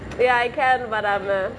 ya I can but I'm a